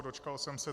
Dočkal jsem se.